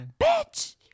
Bitch